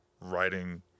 writing